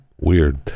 Weird